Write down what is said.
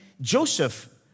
Joseph